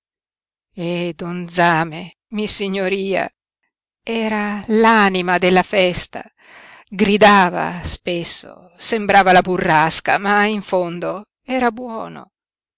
zame missignoria era l'anima della festa gridava spesso sembrava la burrasca ma in fondo era buono